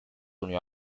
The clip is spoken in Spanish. unió